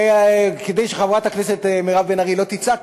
וכדי שחברת הכנסת מירב בן ארי לא תצעק,